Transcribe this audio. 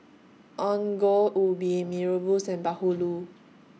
Ongol Ubi Mee Rebus and Bahulu